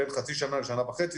בין חצי שנה לשנה וחצי,